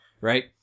right